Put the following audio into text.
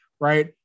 right